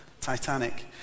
Titanic